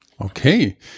okay